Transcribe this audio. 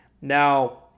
Now